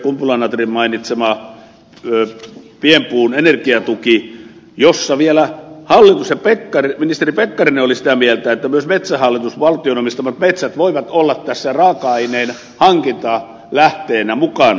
kumpula natrin mainitsemassa pienpuun energiatuessa vielä hallitus ja ministeri pekkarinen olivat sitä mieltä että myös metsähallituksen valtion omistamat metsät voivat olla tässä raaka aineen hankintalähteenä mukana